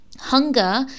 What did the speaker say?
hunger